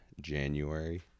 January